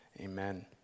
Amen